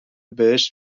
بهشت